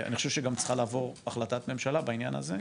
אני חושב שגם צריכה לעבור החלטת ממשלה בעניין הזה,